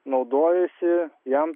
naudojosi jam